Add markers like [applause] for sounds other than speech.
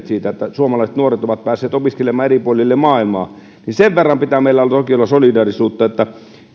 [unintelligible] siitä että suomalaiset nuoret ovat päässeet opiskelemaan eri puolille maailmaa joten sen verran pitää meilläkin toki olla solidaarisuutta että